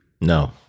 No